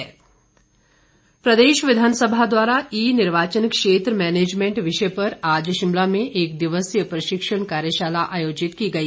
कार्यशाला प्रदेश विधानसभा द्वारा ई निर्वाचन क्षेत्र मैनेजमेंट विषय पर आज शिमला में एक दिवसीय प्रशिक्षण कार्यशाला आयोजित की गई